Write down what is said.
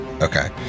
Okay